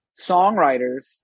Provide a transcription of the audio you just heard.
songwriters